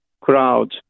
crowd